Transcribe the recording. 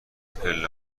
پله